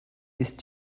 ist